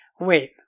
wait